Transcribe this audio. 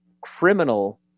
criminal